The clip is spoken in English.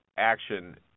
action